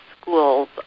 schools